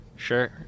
Sure